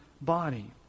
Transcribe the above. body